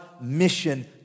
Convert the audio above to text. mission